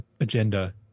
agenda